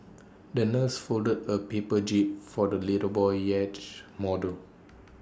the nurse folded A paper jib for the little boy's yacht model